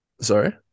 sorry